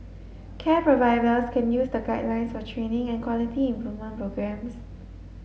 care providers can use the guidelines for training and quality improvement programmes